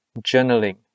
journaling